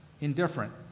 indifferent